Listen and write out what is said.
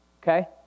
okay